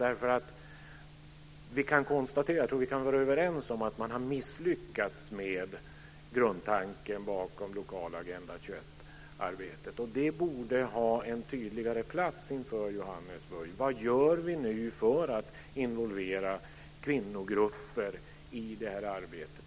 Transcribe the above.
Jag tror att vi kan vara överens om att man har misslyckats med grundtanken bakom det lokala Agenda 21-arbetet, och detta borde ha en tydligare plats inför Johannesburg. Vad gör vi nu för att involvera kvinnogrupper i det här arbetet?